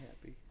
happy